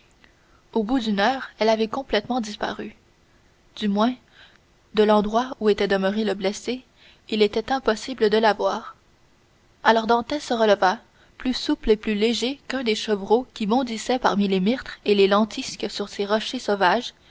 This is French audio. au bout d'une heure elle avait complètement disparu du moins de l'endroit où était demeuré le blessé il était impossible de la voir alors dantès se releva plus souple et plus léger qu'un des chevreaux qui bondissaient parmi les myrtes et les lentisques sur ces rochers sauvages